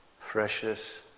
precious